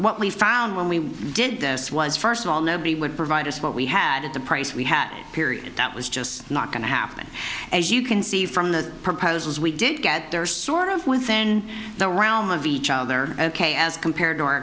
what we found when we did this was first of all nobody would provide us what we had at the price we had period that was just not going to happen as you can see from the proposals we did get there sort of within the realm of each other ok as compared to our